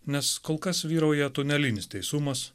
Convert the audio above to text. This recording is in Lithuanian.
nes kol kas vyrauja tunelinis teisumas